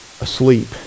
asleep